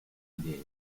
idee